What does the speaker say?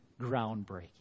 groundbreaking